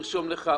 תרשום לך,